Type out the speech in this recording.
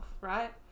Right